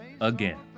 again